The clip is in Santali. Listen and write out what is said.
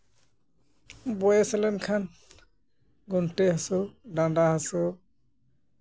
ᱵᱚᱭᱮᱥ ᱞᱮᱱᱠᱷᱟᱱ ᱜᱚᱱᱴᱷᱮ ᱦᱟᱹᱥᱩ ᱰᱟᱸᱰᱟ ᱦᱟᱹᱥᱩ